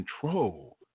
control